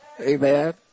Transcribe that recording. Amen